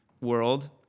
world